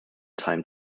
time